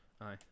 Aye